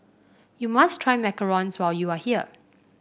you must try macarons when you are here